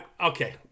Okay